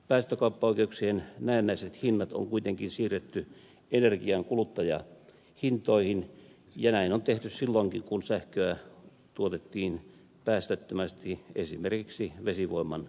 päästökauppaoikeuksien näennäiset hinnat on kuitenkin siirretty energian kuluttajahintoihin ja näin on tehty silloinkin kun sähköä tuotettiin päästöttömästi esimerkiksi vesivoiman avulla